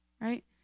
right